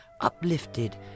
uplifted